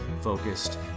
focused